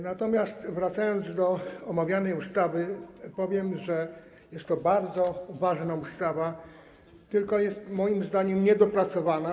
Natomiast wracając do omawianej ustawy, powiem, że jest to bardzo ważna ustawa, tylko że jest moim zdaniem niedopracowana.